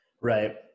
Right